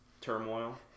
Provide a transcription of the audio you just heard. turmoil